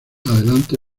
adelante